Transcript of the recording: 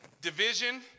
division